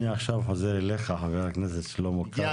אני עכשיו חוזר אליך, חבר הכנסת שלמה קרעי.